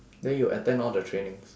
then you attend all the trainings